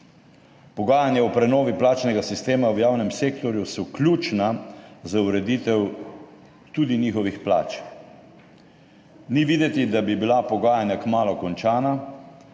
Pogajanja o prenovi plačnega sistema v javnem sektorju so ključna za ureditev tudi njihovih plač. Ni videti, da bi bila pogajanja kmalu končana